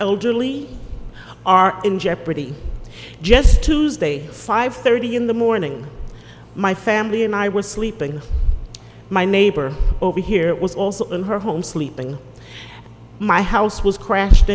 elderly are in jeopardy just tuesday five thirty in the morning my family and i were sleeping my neighbor over here was also in her home sleeping my house was crashed